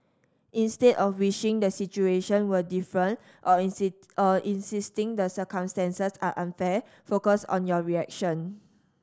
instead of wishing the situation were different or or insisting the circumstances are unfair focus on your reaction